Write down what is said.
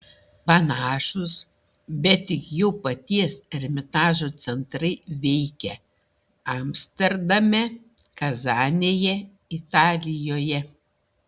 panašūs bet tik jau paties ermitažo centrai veikia amsterdame kazanėje italijoje